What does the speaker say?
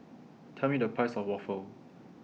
Tell Me The Price of Waffle